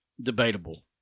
Debatable